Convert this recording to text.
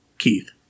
keith